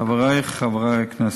חברי חברי הכנסת,